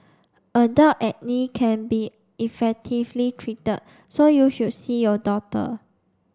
adult acne can be effectively treated so you should see your doctor